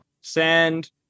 Sand